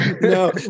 no